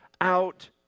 out